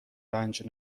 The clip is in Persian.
رنج